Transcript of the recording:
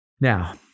Now